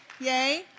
Yay